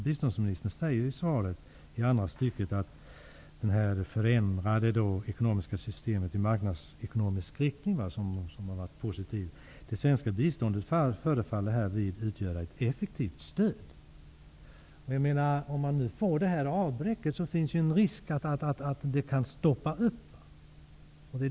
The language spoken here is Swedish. Biståndsministern säger i svaret att det varit positivt att man förändrat det ekonomiska systemet i marknadsekonomisk riktning och att det svenska biståndet härvidlag förefaller utgöra ett effektivt stöd. Om man nu får detta avbräck finns en viss risk att processen kan stoppas upp.